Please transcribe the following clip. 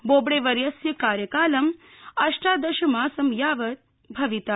बोबड़ेवर्यस्य कार्यकालं अष्टादशमासं यावत् भविता